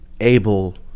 able